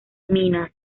minas